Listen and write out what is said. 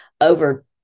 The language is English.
over